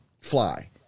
fly